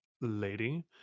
lady